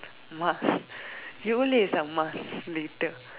must Yole is a must later